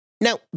Now